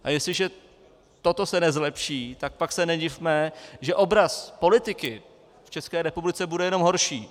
A jestliže se toto nezlepší, tak pak se nedivme, že obraz politiky v České republice bude jenom horší.